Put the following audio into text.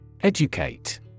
Educate